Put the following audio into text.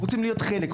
רוצים להיות חלק.